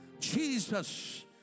Jesus